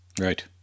right